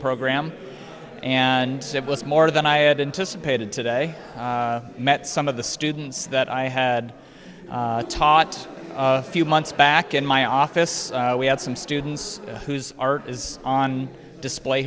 program and it was more than i had anticipated today met some of the students that i had taught few months back in my office we had some students whose art is on display